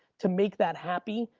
to make that happy,